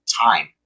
time